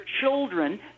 children